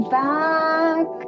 back